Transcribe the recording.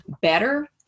better